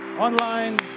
online